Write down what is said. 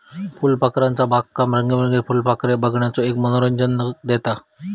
फुलपाखरूचा बागकाम रंगीबेरंगीत फुलपाखरे बघण्याचो एक मनोरंजन देता